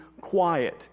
quiet